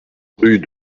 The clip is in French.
rue